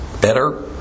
better